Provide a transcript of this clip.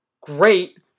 great